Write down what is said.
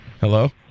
Hello